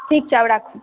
ठीक छै आब राखू